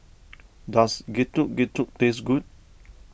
does Getuk Getuk taste good